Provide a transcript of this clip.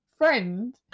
friend